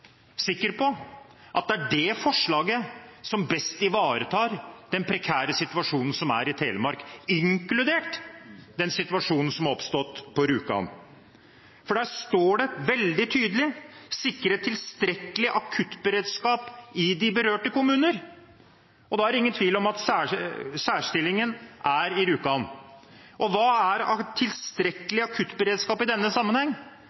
sikker på at det er det forslaget som best ivaretar den prekære situasjonen som Telemark er i, inkludert den situasjonen som er oppstått på Rjukan. I forslaget står det veldig tydelig at en må fremme tiltak for å «sikre tilstrekkelig akuttberedskap i berørte områder». Da er det ingen tvil om at særstillingen er i Rjukan. Hva er «tilstrekkelig akuttberedskap» i denne sammenheng?